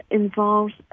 involves